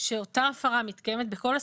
שאותה הפרה מתקיימת בכל הסניפים,